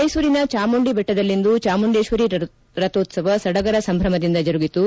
ಮೈಸೂರಿನ ಚಾಮುಂಡಿ ಬೆಟ್ಟದಲ್ಲಿಂದು ಚಾಮುಂಡೇಶ್ವರಿ ರಥೋತ್ಸವ ಸಡಗರ ಸಂಭ್ರಮದಿಂದ ಜರುಗಿತು